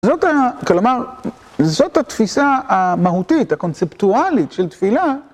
כלומר, זאת התפיסה המהותית, הקונספטואלית של תפילה.